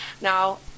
Now